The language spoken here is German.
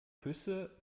küsse